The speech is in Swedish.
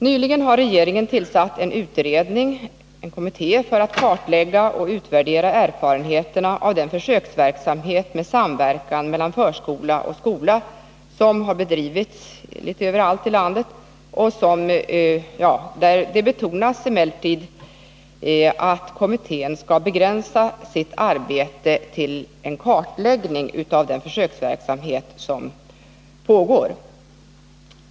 Nyligen har regeringen tillsatt en utredning för att kartlägga och utvärdera erfarenheterna av den försöksverksamhet med samverkan mellan förskola och skola som har bedrivits litet överallt i landet. Det betonas emellertid att kommittén skall ”begränsa sitt arbete till denna kartläggning” utav den försöksverksamhet som pågår.